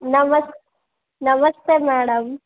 ನಮಸ್ ನಮಸ್ತೆ ಮ್ಯಾಡಮ್